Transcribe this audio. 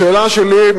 השאלה שלי,